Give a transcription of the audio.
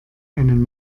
einen